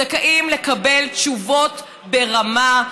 זכאים לקבל תשובות ברמה,